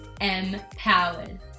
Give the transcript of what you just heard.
empowered